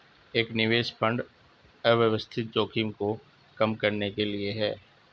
एक निवेश फंड अव्यवस्थित जोखिम को कम करने के लिए है